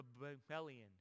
rebellion